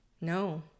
no